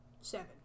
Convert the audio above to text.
Seven